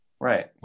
Right